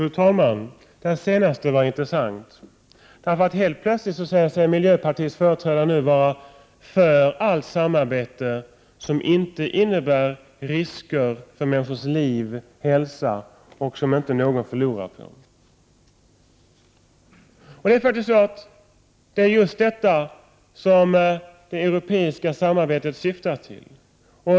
Fru talman! Det senaste som sades här var intressant. Helt plötsligt säger sig nämligen miljöpartiets företrädare vara för allt samarbete som inte innebär risker för människors liv och hälsa och allt som inte någon förlorar på. Det är just detta som det europeiska samarbetet syftar till.